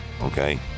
okay